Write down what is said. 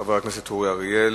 חבר הכנסת אורי אריאל,